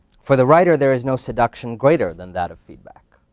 for the writer, there is no seduction greater than that of feedback.